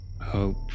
hope